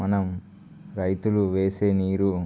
మనం రైతులు వేసే నీరు